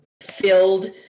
filled